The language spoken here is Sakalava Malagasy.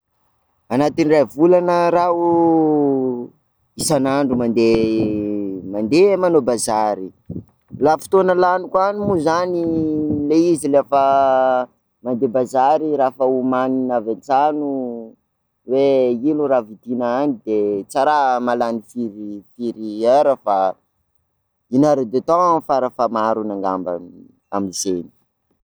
Anatin'ny ray volana r'aho, isan'andro mande- mandeha manao bazary, fotoana laniko any moa zany, le izy la fa mandeha bazary raha efa homanina avy an-trano hoe ino raha vidina any de tsa raha mahalany firy firy heure fa une heure de temps farafahamarony angambany amin'izeny.